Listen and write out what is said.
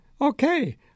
okay